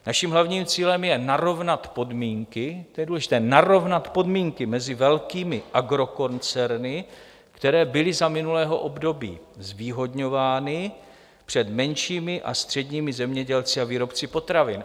Naším hlavním cílem je narovnat podmínky to je důležité narovnat podmínky mezi velkými agrokoncerny, které byly za minulého období zvýhodňovány před menšími a středními zemědělci a výrobci potravin.